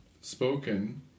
spoken